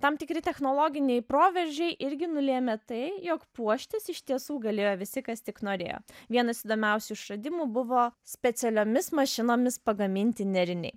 tam tikri technologiniai proveržiai irgi nulėmė tai jog puoštis iš tiesų galėjo visi kas tik norėjo vienas įdomiausių išradimų buvo specialiomis mašinomis pagaminti nėriniai